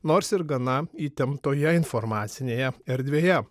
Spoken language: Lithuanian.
nors ir gana įtemptoje informacinėje erdvėje